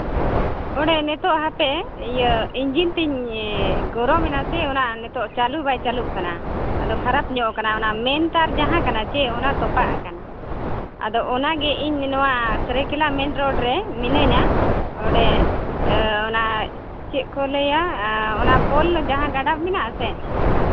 ᱚᱸᱰᱮ ᱱᱤᱛᱳᱜ ᱦᱟᱯᱮ ᱤᱭᱟᱹ ᱤᱧᱡᱤᱱ ᱛᱤᱧ ᱜᱚᱨᱚᱢ ᱮᱱᱟᱥᱮ ᱚᱱᱟ ᱱᱤᱛᱳᱜ ᱪᱟᱹᱞᱩ ᱵᱟᱭ ᱪᱟᱹᱞᱩᱜ ᱠᱟᱱᱟ ᱟᱫᱚ ᱠᱷᱟᱨᱟᱯ ᱧᱚᱜ ᱟᱠᱟᱱᱟ ᱚᱱᱟ ᱢᱮᱱ ᱛᱟᱨ ᱡᱟᱦᱟᱸ ᱠᱟᱱᱟ ᱥᱮ ᱚᱱᱟ ᱛᱚᱯᱟᱜ ᱠᱟᱱᱟ ᱟᱫᱚ ᱚᱱᱟ ᱜᱮ ᱤᱧ ᱱᱚᱣᱟ ᱥᱩᱨᱟᱹᱭᱠᱮᱞᱞᱟ ᱢᱮᱱ ᱨᱳᱰ ᱨᱮ ᱢᱤᱱᱟᱹᱧᱟ ᱚᱸᱰᱮ ᱚᱱᱟ ᱪᱮᱫ ᱠᱚ ᱞᱟᱹᱭᱟ ᱚᱱᱟ ᱯᱳᱞ ᱡᱟᱦᱟᱸ ᱜᱟᱰᱟ ᱢᱮᱱᱟᱜᱼᱟ ᱥᱮ